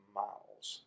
miles